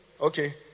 Okay